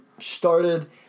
started